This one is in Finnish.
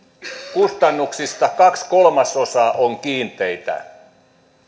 kustannuksista kaksi kolmasosaa on kiinteitä